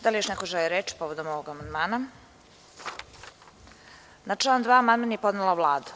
Da li još neko želi reče povodom amandmana? (Ne.) Na član 2. amandman je podnela Vlada.